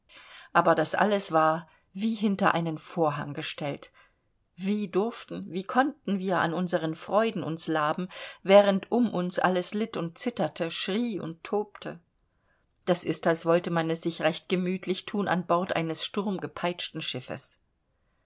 aber das alles war wie hinter einen vorhang gestellt wie durften wie konnten wir an unseren freuden uns laben während um uns alles litt und zitterte schrie und tobte das ist als wollte man es sich recht gütlich thun an bord eines sturmgepeitschten schiffes